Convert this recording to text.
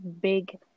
big